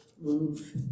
move